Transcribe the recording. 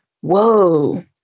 whoa